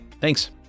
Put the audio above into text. Thanks